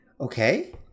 Okay